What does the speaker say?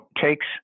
takes